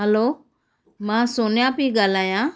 हलो मां सोनिया पई ॻाल्हायां